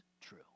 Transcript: true